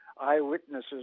eyewitnesses